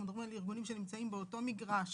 אנחנו מדברים על ארגונים שנמצאים באותו מגרש